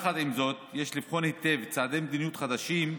עם זאת, יש לבחון היטב צעדי מדיניות חדשים,